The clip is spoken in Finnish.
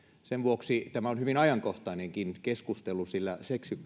sen vuoksi tämä on hyvin ajankohtainenkin keskustelu sillä